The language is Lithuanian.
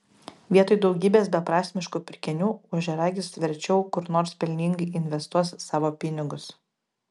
vietoj daugybės beprasmiškų pirkinių ožiaragis verčiau kur nors pelningai investuos savo pinigus